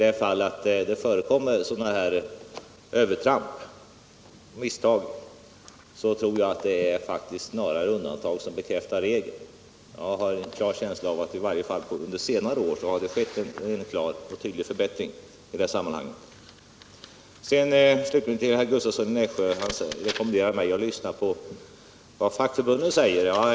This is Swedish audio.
Nr 52 I den mån övertramp och misstag förekommer tror jag snarast det är Tisdagen den fråga om undantag som bekräftar regeln. Jag har en känsla av att det 11 januari 1977 skett en klar och tydlig förbättring här, i varje fall under senare år. ——— Herr Gustavsson i Nässjö rekommenderar mig att lyssna på vad fack Om arbetarskyddet förbunden säger.